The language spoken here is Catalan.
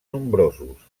nombrosos